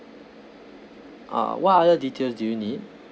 uh what other details you need